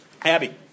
Abby